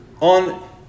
on